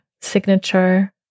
signature